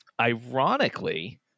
ironically